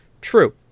True